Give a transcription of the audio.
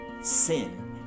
sin